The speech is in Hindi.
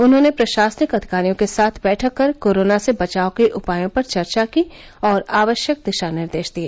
उन्होंने प्रशासनिक अधिकारियों के साथ बैठक कर कोरोना से बचाव के उपायों पर चर्चा की और आवश्यक दिशानिर्देश दिए